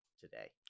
today